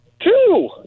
Two